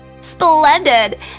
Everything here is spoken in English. Splendid